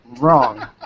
Wrong